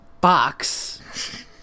box